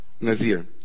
nazir